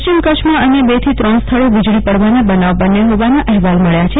પશ્ચિમ કચ્છમાં અન્ય બે થી સ્થળે વીજળી પડવાના બનાવ બન્યા હોવાના અહેવાલ મળ્યા છે